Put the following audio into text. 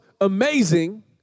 amazing